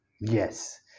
Yes